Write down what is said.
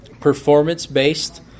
Performance-based